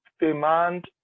demand